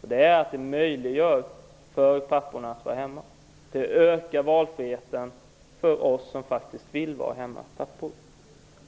Föräldraförsäkringen möjliggör för papporna att vara hemma. Den ökar valfriheten för oss som faktiskt vill vara hemma.